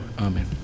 Amen